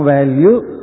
Value